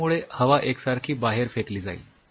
यामुळे हवा एकसारखी बाहेर फेकली जाईल